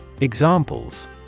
Examples